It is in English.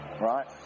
right